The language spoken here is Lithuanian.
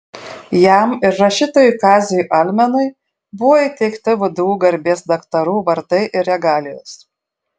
jam ir rašytojui kaziui almenui buvo įteikti vdu garbės daktarų vardai ir regalijos